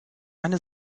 eine